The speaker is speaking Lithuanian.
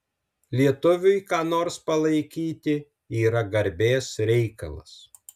lietuviui ką nors palaikyti yra garbės reikalas